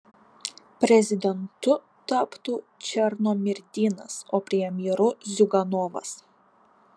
prezidentu taptų černomyrdinas o premjeru ziuganovas